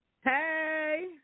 Hey